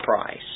price